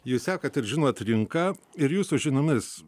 jūs sekat ir žinot rinka ir jūsų žinomis